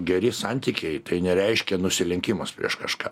geri santykiai tai nereiškia nusilenkimas prieš kažką